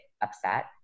upset